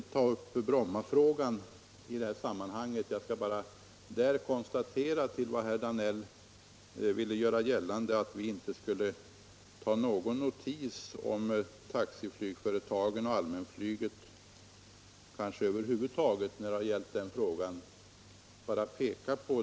Beträffande Brommafrågan skall jag bara konstatera att herr Danell ville göra gällande, att vi i detta sammanhang inte skulle ta någon notis om taxiflygföretagen och kanske inte ens om allmänflyget som helhet.